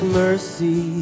mercy